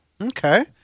Okay